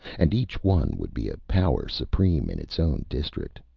and each one would be a power supreme in its own district.